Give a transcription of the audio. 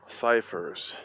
ciphers